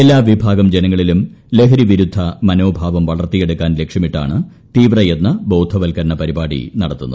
എല്ലാ വിഭാഗം ജനങ്ങളിലും ലഹരിവിരുദ്ധ മനോഭാവം വളർത്തിയെടുക്കാൻ ലക്ഷ്യമിട്ടാണ് തീവ്രയത്ന ബോധവത്ക്കരണ പരിപാടി നടത്തുന്നത്